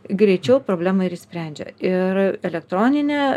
greičiau problemą ir išsprendžia ir elektroninė